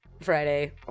Friday